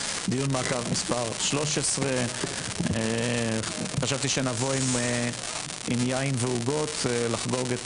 דיון מעקב מספר 13. חשבתי שנבוא עם יין ועוגות לחגוג את